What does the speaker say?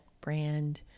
brand